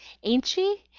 ain't she?